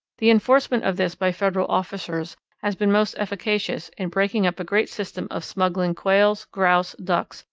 the enforcement of this by federal officers has been most efficacious in breaking up a great system of smuggling quails, grouse, ducks,